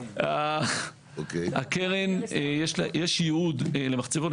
הקרן, יש יעוד למחצבות.